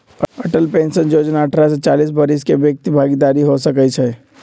Atal pension जोजना अठारह से चालीस वरिस के व्यक्ति भागीदार हो सकइ छै